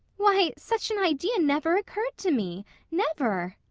why, such an idea never occurred to me never!